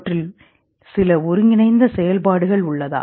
அவற்றில் சில ஒருங்கிணைந்த செயல்பாடுகள் உள்ளதா